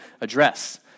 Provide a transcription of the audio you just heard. address